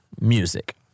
music